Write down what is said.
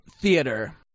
theater